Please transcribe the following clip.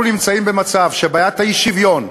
אנחנו נמצאים במצב שבעיית האי-שוויון,